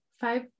five